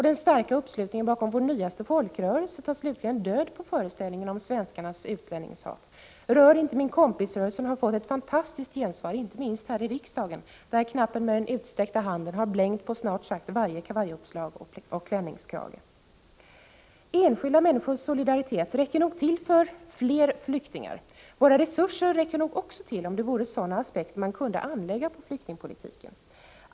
Den starka uppslutningen när det gäller vår nyaste folkrörelse, ”Rör inte min kompis”-rörelsen, tar slutligen död på föreställningen om svenskarnas utlänningshat. ”Rör inte min kompis”-rörelsen har fått ett fantastiskt gensvar inte minst här i riksdagen, där knappen med den utsträckta handen blänker på snart sagt varje kavajuppslag och klänningskrage. Enskilda människors solidaritet räcker nog till för fler flyktingar, och det gäller nog också våra resurser — om man nu kan anlägga sådana aspekter på flyktingpolitiken.